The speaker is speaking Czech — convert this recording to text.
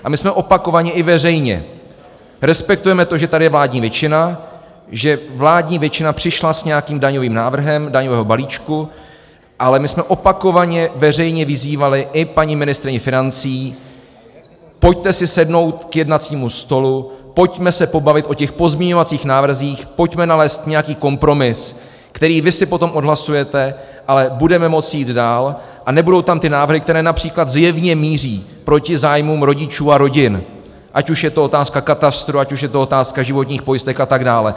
A my opakovaně i veřejně respektujeme to, že tady je vládní většina, že vládní většina přišla s nějakým daňovým návrhem daňového balíčku, ale my jsme opakovaně veřejně vyzývali i paní ministryni financí: pojďte si sednout k jednacímu stolu, pojďme se pobavit o těch pozměňovacích návrzích, pojďme nalézt nějaký kompromis, který vy si potom odhlasujete, ale budeme moci jít dál a nebudou tam ty návrhy, které například zjevně míří proti zájmům rodičů a rodin, ať už je to otázka katastru, ať už je to otázka životních pojistek a tak dále.